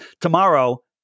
tomorrow